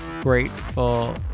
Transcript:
Grateful